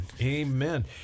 Amen